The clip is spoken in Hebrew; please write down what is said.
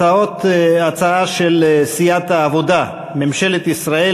הצעה של סיעת העבודה: ממשלת ישראל